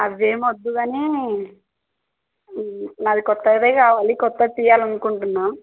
అది ఏమి వద్దు కానీ నాది కొత్తదే కావాలి కొత్తది తియ్యాలనుకుంటున్నా